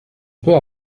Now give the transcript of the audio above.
peut